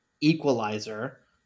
Equalizer